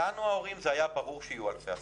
לנו ההורים היה ברור שיהיו אלפי השגות.